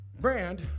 Brand